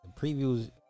Previews